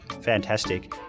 Fantastic